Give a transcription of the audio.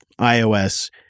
iOS